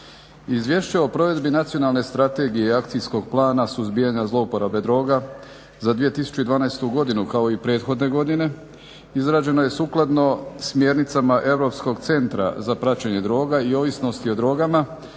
Izvješće o provedbi Nacionalne strategije i Akcijskog plana suzbijanja zlouporabe droga za 2012. godinu kao i prethodne godine izrađeno je sukladno smjernicama Europskog centra za praćenje droga i ovisnosti o drogama,